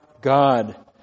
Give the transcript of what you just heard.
God